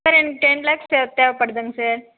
sir எனக்கு ten lakhs தேவைப்படுதுங்க sir